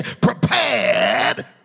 prepared